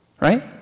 right